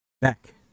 Back